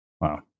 Wow